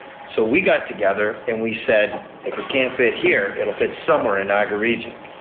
so we got together and we said if it can't fit here it will fit somewhere in niagra region.